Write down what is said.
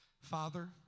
Father